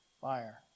fire